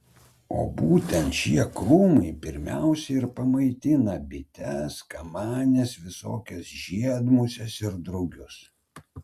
o būtent šie krūmai pirmiausia ir pamaitina bites kamanes visokias žiedmuses ir drugius